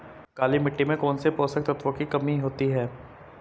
काली मिट्टी में कौनसे पोषक तत्वों की कमी होती है?